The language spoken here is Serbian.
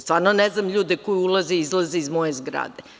Stvarno ne znam ljude koji ulaze i izlaze iz moje zgrade.